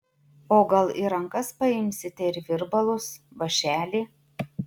o gal į rankas paimsite ir virbalus vąšelį